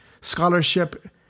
scholarship